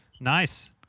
Nice